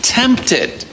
tempted